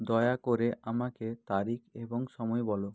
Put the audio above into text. দয়া করে আমাকে তারিখ এবং সময় বলো